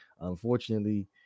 unfortunately